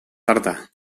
tarta